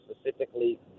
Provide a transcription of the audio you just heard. specifically